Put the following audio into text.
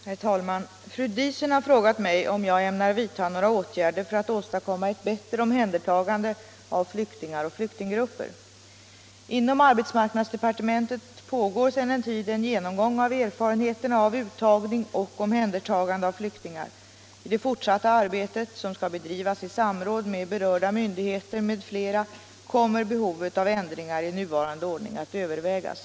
Herr talman! Fru Diesen har frågat mig om jag ämnar vidta några åtgärder för att åstadkomma ett bättre omhändertagande av flyktingar och flyktinggrupper. Inom arbetsmarknadsdepartementet pågår sedan en tid en genomgång av erfarenheterna av uttagning och omhändertagande av flyktingar. I det fortsatta arbetet, som skall bedrivas i samråd med berörda myndigheter m.fl., kommer behovet av ändringar i nuvarande ordning att övervägas.